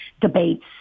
debates